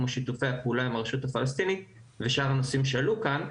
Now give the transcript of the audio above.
כמו שיתופי הפעולה ברשות הפלסטינית ושאר הנושאים שעלו כאן,